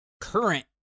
current